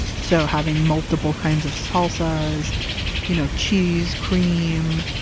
so having multiple kinds of salsas you know cheese, cream,